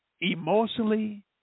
emotionally